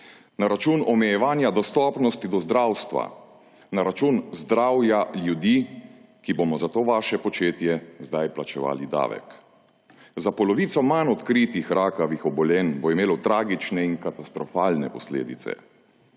na račun omejevanja dostopnosti do zdravstva, na račun zdravja ljudi, ki bomo za to vaše početje zdaj plačevali davek. Za polovico manj odkritih rakavih obolenj bo imelo tragične in katastrofalne posledice